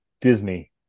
Disney